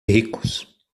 ricos